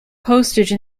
postage